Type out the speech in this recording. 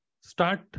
start